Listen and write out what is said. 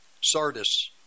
Sardis